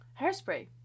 Hairspray